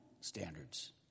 standards